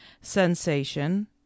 Sensation